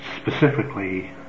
specifically